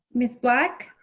miss black?